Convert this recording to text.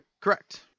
Correct